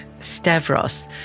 Stavros